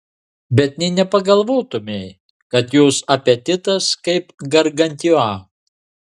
bet nė nepagalvotumei kad jos apetitas kaip gargantiua